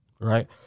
right